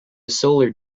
solar